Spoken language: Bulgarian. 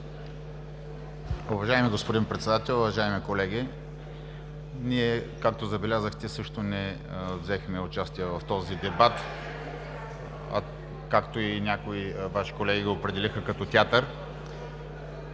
Уважаеми господин Председател, уважаеми колеги! Ние, както забелязахте, също не взехме участие в този дебат, който някои Ваши колеги определиха като театър.